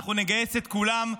ואנחנו נגייס את כולם,